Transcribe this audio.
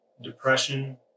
depression